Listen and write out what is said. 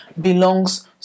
belongs